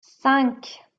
cinq